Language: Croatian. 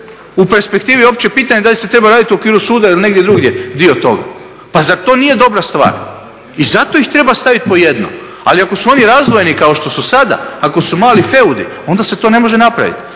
U perspektivi uopće pitanja da li se treba raditi u okviru suda ili negdje drugdje dio toga? Pa zar to nije dobra stvar? I zato ih treba staviti po jedno. Ali ako su oni razdvojeni kao što su sada, ako su mali feudi onda se to ne može napraviti.